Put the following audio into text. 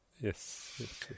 yes